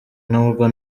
nubwo